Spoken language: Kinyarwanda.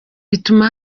bituma